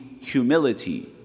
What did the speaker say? humility